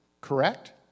correct